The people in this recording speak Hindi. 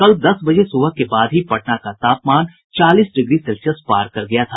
कल दस बजे सुबह के बाद ही पटना का तापमान चालीस डिग्री सेल्सियस पार कर गया था